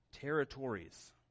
territories